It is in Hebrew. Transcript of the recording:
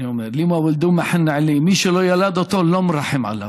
אני אומר (אומר מילים במרוקאית): מי שלא ילד אותו לא מרחם עליו.